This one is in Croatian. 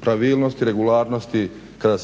pravilnosti, regularnosti kada